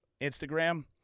Instagram